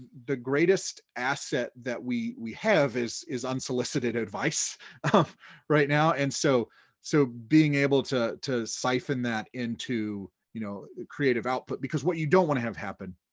the greatest asset that we we have is is unsolicited advice right now, and so so being able to to siphon that into you know creative output, because what you don't wanna have happen